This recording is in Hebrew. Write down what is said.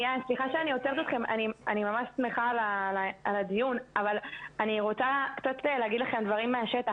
אני ממש שמחה על הדיון אבל אני רוצה קצת להגיד לכם דברים מהשטח,